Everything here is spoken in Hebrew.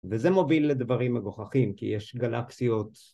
וזה מוביל לדברים מגוחכים, כי יש גלקסיות.